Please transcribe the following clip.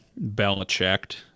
Belichicked